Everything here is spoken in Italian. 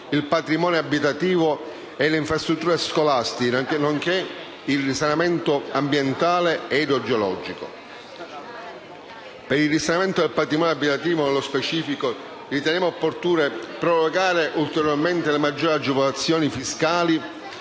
il patrimonio abitativo e le infrastrutture scolastiche, nonché il risanamento ambientale e idrogeologico. Per il risanamento del patrimonio abitativo, nello specifico, riteniamo opportuno prorogare ulteriormente le maggiorazioni delle agevolazioni fiscali